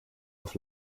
auf